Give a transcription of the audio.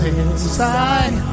inside